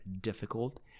difficult